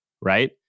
Right